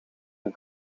een